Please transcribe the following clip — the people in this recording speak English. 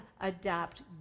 adapt